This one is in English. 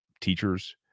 teachers